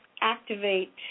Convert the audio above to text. activate